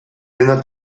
dena